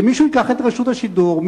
שמישהו ייקח את רשות השידור,